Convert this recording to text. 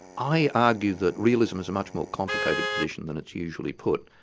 i argue that realism is a much more complicated position than it's usually put.